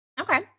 Okay